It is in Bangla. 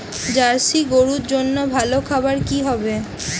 জার্শি গরুর জন্য ভালো খাবার কি হবে?